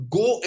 go